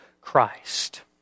Christ